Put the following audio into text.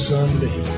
Sunday